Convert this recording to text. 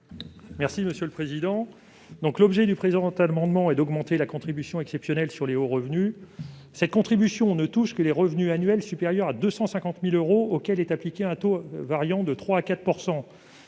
M. Thierry Cozic. L'objet du présent amendement est d'augmenter la contribution exceptionnelle sur les hauts revenus (CEHR). Cette contribution ne touche que les revenus annuels supérieurs à 250 000 euros, auxquels est appliqué un taux allant de 3 % à 4 %.